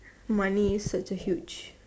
money is such a huge